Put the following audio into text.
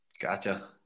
Gotcha